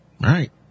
Right